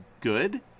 good